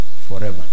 forever